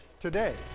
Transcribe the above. today